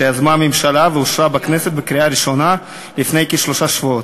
שיזמה הממשלה ואושרה בכנסת בקריאה ראשונה לפני כשלושה שבועות.